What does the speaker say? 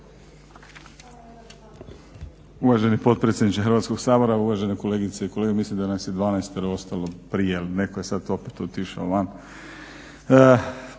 Uvaženi potpredsjedniče Hrvatskog sabora, uvažene kolegice i kolege. Mislim da nas je dvanaestoro ostalo prije jel neko je sada opet otišao van.